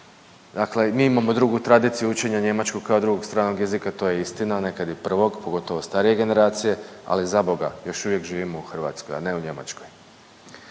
Dakle, mi imamo drugu tradiciju učenja njemačkog kao drugog stranog jezika to je istina, nekad i prvog, pogotovo starije generacije, ali zaboga još uvijek živimo u Hrvatskoj, a ne u Njemačkoj.